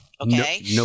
Okay